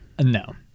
No